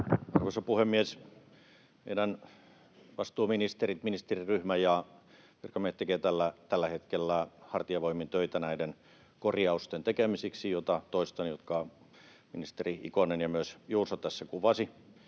Arvoisa puhemies! Meidän vastuuministerimme, ministeriryhmä ja virkamiehet tekevät tällä hetkellä hartiavoimin töitä näiden korjausten tekemiseksi, minkä toistan ja niin kuin ministeri Ikonen ja myös Juuso tässä kuvasi.